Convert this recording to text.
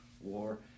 war